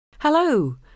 Hello